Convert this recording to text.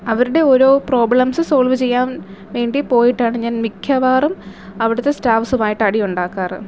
അവരുടെ ഓരോ problems solve ചെയ്യാൻ വേണ്ടി പോയിട്ടാണ് ഞാൻ മിക്കവാറും അവിടുത്തെ സ്റ്റാഫ്സ്സുമായിട്ട് അടി ഉണ്ടാക്കാറുള്ളത്